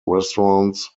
restaurants